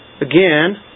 Again